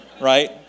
right